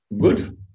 Good